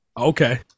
Okay